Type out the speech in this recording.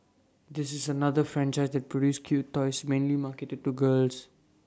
this is another franchise that produced cute toys mainly marketed to girls